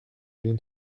lean